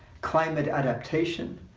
climate adaptation,